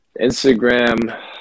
Instagram